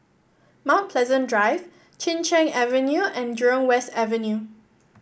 Mount Pleasant Drive Chin Cheng Avenue and Jurong West Avenue